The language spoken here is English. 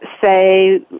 say